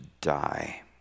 die